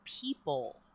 people